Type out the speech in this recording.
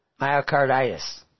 myocarditis